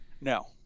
No